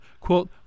quote